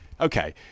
Okay